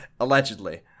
allegedly